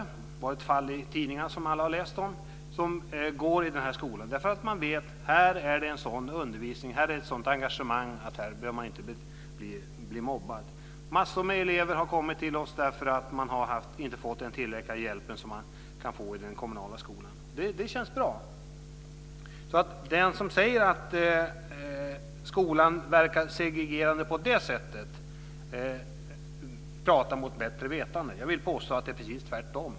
Det var ett fall som alla har läst om i tidningarna där eleven nu går i den här skolan eftersom man vet att det är en sådan undervisningen och ett sådant engagemanget att man inte behöver bli mobbad. Massor av elever har kommit till oss därför att man inte har fått tillräckligt med hjälp i den kommunala skolan. Det känns bra. Den som säger att skolan verkar segregerande på det sättet pratar mot bättre vetande. Jag vill påstå att det är precis tvärtom.